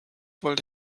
wollte